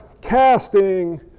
casting